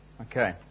Okay